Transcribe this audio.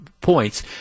points